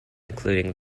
including